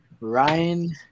Ryan –